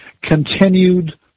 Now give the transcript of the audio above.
continued